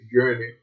journey